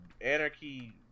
Anarchy